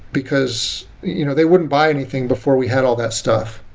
because you know they wouldn't buy anything before we had all that stuff.